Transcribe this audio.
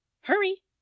Hurry